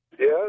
Yes